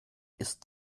ist